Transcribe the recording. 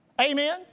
Amen